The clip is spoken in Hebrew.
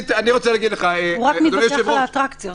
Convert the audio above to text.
הוא רק מתווכח על האטרקציות.